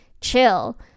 chill